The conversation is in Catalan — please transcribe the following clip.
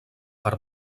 per